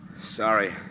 Sorry